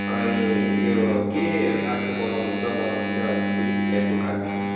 अनि उयो के काठको बनाउनुहुन्छ बनाउनु थियो अब के के टाइपको काठको